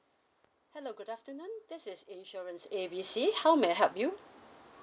hello good afternoon this is insurance A B C how may I help you